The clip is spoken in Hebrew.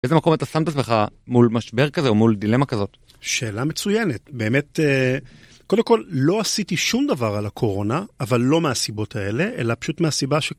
איזה מקום אתה שם את עצמך מול משבר כזה או מול דילמה כזאת? שאלה מצוינת. באמת, קודם כל, לא עשיתי שום דבר על הקורונה, אבל לא מהסיבות האלה, אלא פשוט מהסיבה ש...